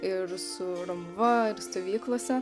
ir su romuva ir stovyklose